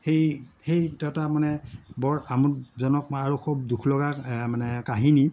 সেই সেইটো এটা মানে বৰ আমোদজনক আৰু খুব দুখলগা মানে কাহিনী